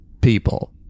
people